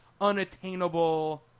unattainable